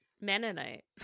Mennonite